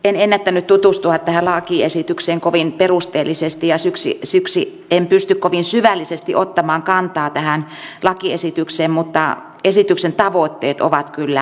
en ennättänyt tutustua tähän lakiesitykseen kovin perusteellisesti ja siksi en pysty kovin syvällisesti ottamaan kantaa tähän lakiesitykseen mutta esityksen tavoitteet ovat kyllä erinomaiset